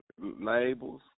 labels